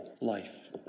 life